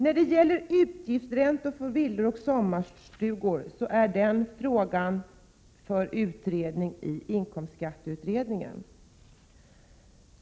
När det gäller utgiftsräntor för villor och sommarstugor så utreds frågan av inkomstskatteutredningen.